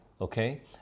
okay